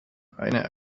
eine